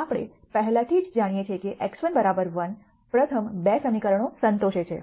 આપણે પહેલાથી જ જાણીએ છીએ x1 1 પ્રથમ 2 સમીકરણો સંતોષે છે